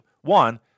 one